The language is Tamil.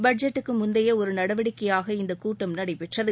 பட்ஜெட்டுக்கு முந்தைய ஒரு நடவடிக்கையாக இந்த கூட்டம் நடைபெற்றது